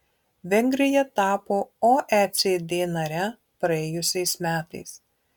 vengrija tapo oecd nare praėjusiais metais